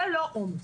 זה לא עומס.